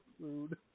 food